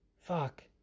Fuck